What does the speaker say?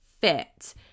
fit